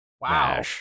Wow